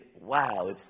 wow